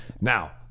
Now